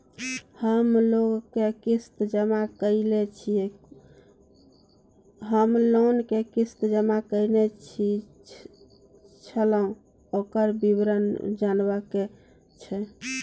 हम लोन के किस्त जमा कैलियै छलौं, ओकर विवरण जनबा के छै?